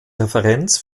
referenz